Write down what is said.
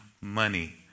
money